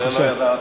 זה לא ידעתי.